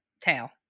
tail